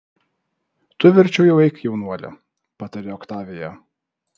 tu verčiau jau eik jaunuoli patarė oktavija